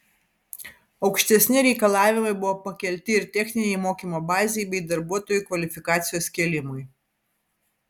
aukštesni reikalavimai buvo pakelti ir techninei mokymo bazei bei darbuotojų kvalifikacijos kėlimui